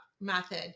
method